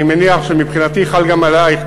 אני מניח שמבחינתי חל גם עלייך.